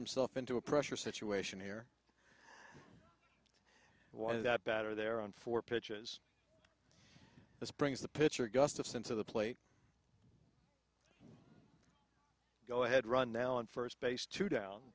himself into a pressure situation here why is that better there on four pitches this brings the pitcher gustafson to the plate go ahead run now in first base to down